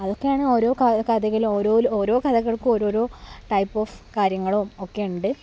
അതൊക്കെയാണ് ഓരോ ക കഥയിൽ ഓരോ ഓരോ കഥകള്ക്കും ഓരോരോ ടൈപ്പ് ഓഫ് കാര്യങ്ങളും ഒക്കെ ഉണ്ട്